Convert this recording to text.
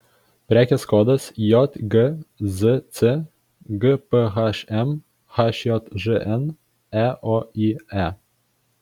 prekės kodas jgzc gphm hjžn eoye